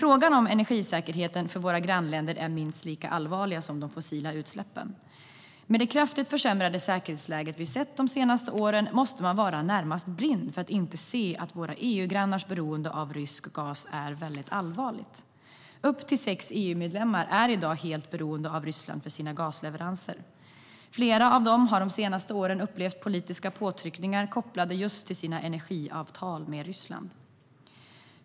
Frågan om energisäkerheten i våra grannländer är minst lika allvarlig som de fossila utsläppen. Med det kraftigt försämrade säkerhetsläget vi sett de senaste åren måste man vara närmast blind för att inte se att våra EU-grannars beroende av rysk gas är mycket allvarlig. Upp till sex EU-medlemmar är i dag helt beroende av Ryssland för sina gasleveranser. Flera av dem har under de senaste åren upplevt politiska påtryckningar kopplade till just sina energiavtal med Ryssland.